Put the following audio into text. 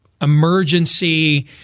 emergency